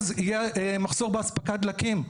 אז יהיה מחסור באספקת דלקים.